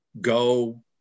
go